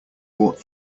bought